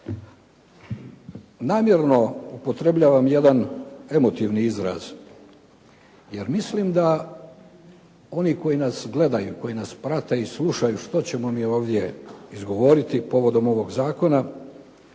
Namjerno upotrebljavam jedan emotivni izraz, jer mislim da oni koji nas gledaju, koji nas prate i slušaju što ćemo mi ovdje izgovoriti povodom ovoga zakona,